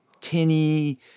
tinny